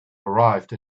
arrived